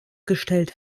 gestellt